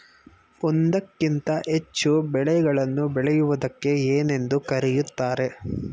ಒಂದಕ್ಕಿಂತ ಹೆಚ್ಚು ಬೆಳೆಗಳನ್ನು ಬೆಳೆಯುವುದಕ್ಕೆ ಏನೆಂದು ಕರೆಯುತ್ತಾರೆ?